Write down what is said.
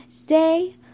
Today